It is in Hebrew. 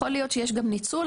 יכול להיות שיש גם ניצול,